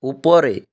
উপরে